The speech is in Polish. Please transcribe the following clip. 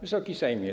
Wysoki Sejmie!